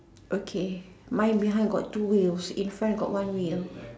okay mine behind got two wheels in front got one wheel